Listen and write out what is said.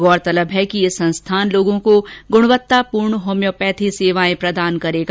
गौरतलब है कि यह संस्थान लोगों को गुणवत्तापूर्ण होम्योपेथी सेवायें प्रदान करेगा